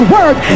Word